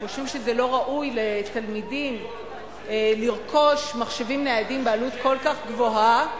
או חושבים שזה לא ראוי לרכוש לתלמידים מחשבים ניידים בעלות כל כך גבוהה,